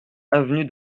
avenue